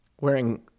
wearing